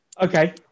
Okay